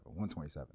127